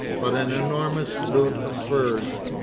but an enormous loot of furs.